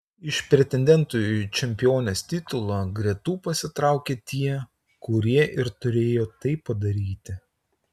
iš pretendentų į čempionės titulą gretų pasitraukė tie kurie ir turėjo tai padaryti